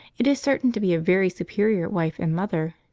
it is certain to be a very superior wife and mother.